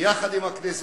ביחד עם הכנסת,